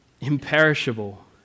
Imperishable